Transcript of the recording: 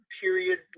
period